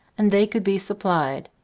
and they could be sup plied.